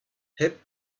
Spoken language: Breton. hep